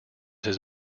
his